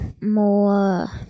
more